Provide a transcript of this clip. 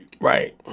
Right